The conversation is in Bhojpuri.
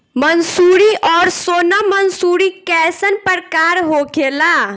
मंसूरी और सोनम मंसूरी कैसन प्रकार होखे ला?